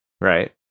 right